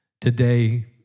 today